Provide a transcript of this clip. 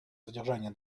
содержания